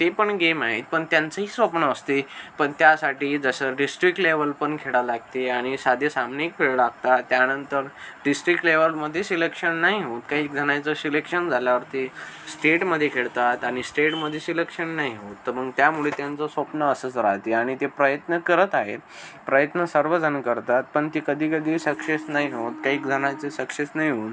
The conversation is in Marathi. ते पण गेम आहेत पण त्यांचंही स्वप्न असते पण त्यासाठी जसं डिस्ट्रीक्ट लेवलपण खेळा लागते आणि साधे सामनेही खेळ लागतात त्यानंतर डिस्ट्रीक्ट लेवलमध्ये सिलेक्शन नाही होत काही जणांचं शिलेक्शन झाल्यावर ते स्टेटमध्ये खेळतात आणि स्टेटमध्ये सिलेक्शन नाही होत तर मग त्यामुळे त्यांचं स्वप्न असंच राहते आणि ते प्रयत्न करत आहेत प्रयत्न सर्वजण करतात पण ते कधी कधी सक्सेस नाही होत काही जणांचे सक्सेस नाही होत